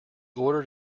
ordered